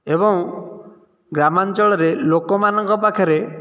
ଏବଂ ଗ୍ରାମାଞ୍ଚଳରେ ଲୋକମାନଙ୍କ ପାଖରେ